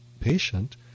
patient